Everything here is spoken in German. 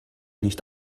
nicht